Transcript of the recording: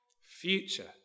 future